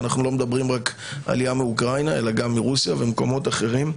אנחנו לא מדברים רק על עלייה מאוקראינה אלא גם מרוסיה ומקומות אחרים.